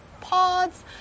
Pods